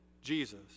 Jesus